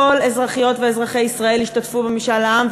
כל אזרחיות ואזרחי ישראל ישתתפו במשאל העם,